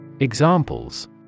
Examples